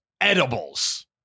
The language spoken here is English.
edibles